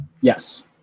Yes